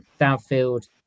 downfield